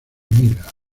miller